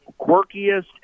quirkiest